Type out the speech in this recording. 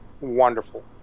Wonderful